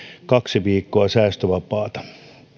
kaksi viikkoa säästövapaata